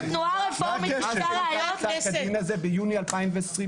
התנועה הרפורמית סיפקה ראיות -- חברי הכנסת.